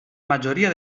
majoria